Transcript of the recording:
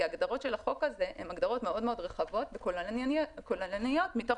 כי ההגדרות של החוק הזה הן רחבות וכוללניות מאוד מתוך